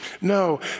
No